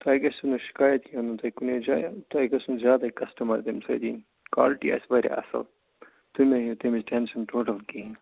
تۄہہِ گَژھوٕ نہٕ شِکایت یِیو نہٕ تۄہہِ کُنے جایہِ تۄہہِ گَژھنو زیادے کَسٹٕمَر تَمہِ سۭتۍ یِنۍ کالٹی آسہِ واریاہ اَصٕل تُہۍ مہٕ ہیٚیِو تَمِچ ٹٮ۪نشَن ٹوٹَل کِہیٖنٛۍ